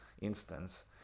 instance